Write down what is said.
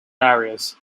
areas